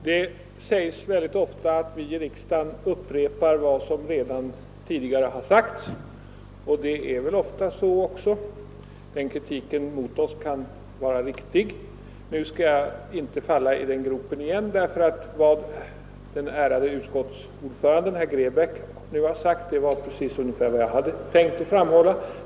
Herr talman! Det sägs att vi i riksdagen upprepar vad som redan tidigare har sagts. Det är väl tyvärr så att den kritiken mot oss kan vara riktig. Nu skall jag inte falla i den gropen igen. Vad den ärade utskottsordföranden herr Grebäck sagt var nämligen i huvudsak vad jag hade tänkt framhålla.